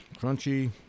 crunchy